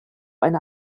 eine